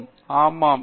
விஸ்வநாதன் ஆமாம்